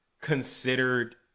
considered